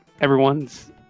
everyone's